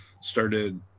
started